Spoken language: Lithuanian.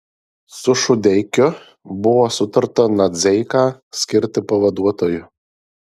su šudeikiu buvo sutarta nadzeiką skirti pavaduotoju